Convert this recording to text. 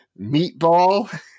Meatball